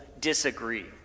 disagree